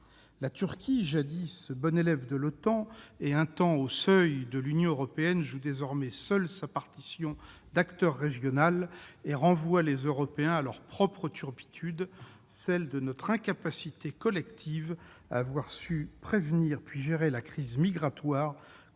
La Turquie, jadis bon élève de l'OTAN et un temps au seuil de l'Union européenne, joue désormais seule sa partition d'acteur régional et renvoie les Européens à leurs propres turpitudes, celles de notre incapacité collective à avoir su prévenir puis gérer la crise migratoire,